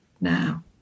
now